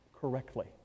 correctly